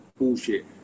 bullshit